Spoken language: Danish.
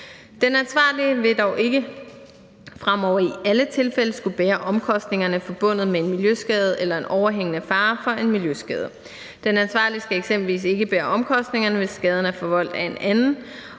Den ansvarlige vil dog ikke fremover i alle tilfælde skulle bære omkostningerne forbundet med en miljøskade eller en overhængende fare for en miljøskade. Den ansvarlige skal eksempelvis ikke bære omkostningerne, hvis skaden er forvoldt af en anden.